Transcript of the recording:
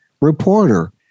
reporter